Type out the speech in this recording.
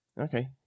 Okay